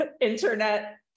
internet